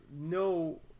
no